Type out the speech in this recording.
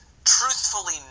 Truthfully